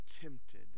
tempted